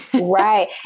Right